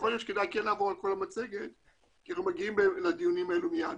יכול להיות שכן כדאי לעבור על כל המצגת כי אנחנו מגיעים לדיון הזה מיד.